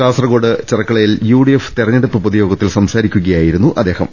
കാസർകോട് ചെർക്കളയിൽ UDF തിരഞ്ഞെടുപ്പ് പൊതുയോഗത്തിൽ സംസാരിക്കുയായിരുന്നു അദ്ദേഹം